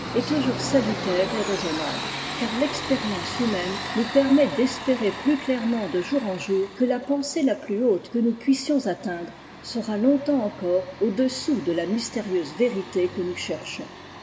est toujours salutaire et raisonnable car l'expérience humaine nous permet d'espérer plus clairement de jour en jour que la pensée la plus haute que nous puissions atteindre sera longtemps encore audessous de la mystérieuse vérité que nous cherchons